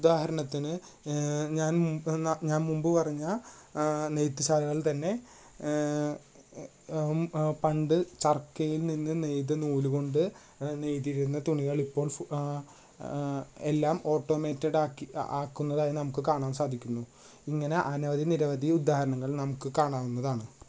ഉദാഹരണത്തിന് ഞാൻ മുമ്പ് ഞാൻ മുമ്പ് പറഞ്ഞ നെയ്യ്ത്തുശാലകൾ തന്നെ പണ്ട് ചർക്കയിൽ നിന്നും നെയ്യ്ത നൂലുകൊണ്ട് നെയ്യ്തിരുന്ന തുണികൾ ഇപ്പോൾ സു എല്ലാം ഓട്ടോമേറ്റഡ് ആക്കി ആക്കുന്നതായി നമുക്ക് കാണാൻ സാധിക്കുന്നു ഇങ്ങനെ അനവധി നിരവധി ഉദാഹരണങ്ങൾ നമുക്ക് കാണാവുന്നതാണ്